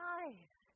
eyes